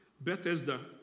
Bethesda